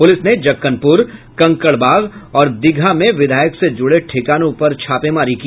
police ने जक्कनपुर कंकड़बाग और दीघा में विधायक से जूड़े ठिकानों पर छापेमारी की